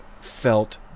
felt